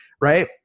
right